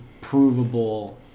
provable